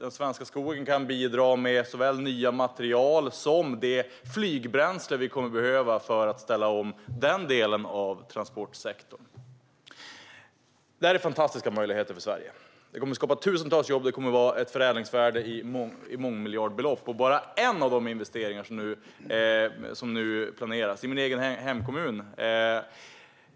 Den svenska skogen kan bidra med såväl nya material som det flygbränsle vi kommer att behöva för att ställa om den delen av transportsektorn. Detta är fantastiska möjligheter för Sverige. Det kommer att skapa tusentals jobb och ett mångmiljardbelopp i förädlingsvärde, och det är bara en av de investeringar som nu planeras i min egen hemkommun.